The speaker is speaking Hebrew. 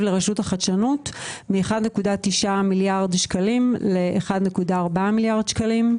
לרשות החדשנות מ-1.9 מיליארד שקלים ל-1.4 מיליארד שקלים.